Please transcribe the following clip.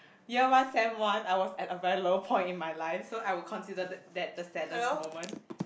year one sem one I was at a very low point in my life so I would consider that that the saddest moment